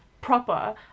proper